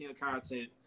content